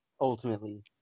ultimately